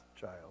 child